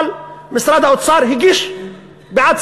אבל משרד האוצר הגיש בעצמו.